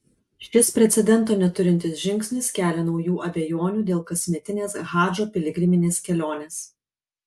šis precedento neturintis žingsnis kelia naujų abejonių dėl kasmetinės hadžo piligriminės kelionės